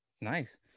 Nice